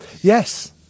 Yes